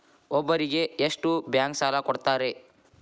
ಒಬ್ಬರಿಗೆ ಎಷ್ಟು ಬ್ಯಾಂಕ್ ಸಾಲ ಕೊಡ್ತಾರೆ?